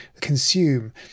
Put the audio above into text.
consume